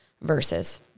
verses